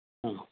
हा